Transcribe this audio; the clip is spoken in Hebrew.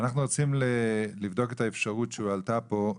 אנחנו רוצים לבדוק את האפשרות שהועלתה פה,